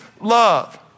love